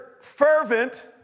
fervent